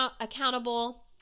accountable